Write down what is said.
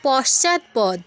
পশ্চাৎপদ